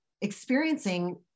experiencing